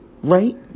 right